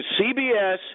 CBS